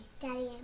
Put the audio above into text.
Daddy